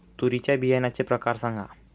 तूरीच्या बियाण्याचे प्रकार सांगा